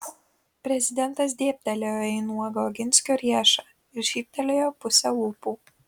prezidentas dėbtelėjo į nuogą oginskio riešą ir šyptelėjo puse lūpų